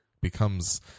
becomes